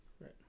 Right